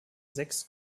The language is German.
sechs